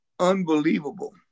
unbelievable